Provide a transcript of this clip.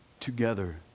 together